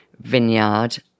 vineyard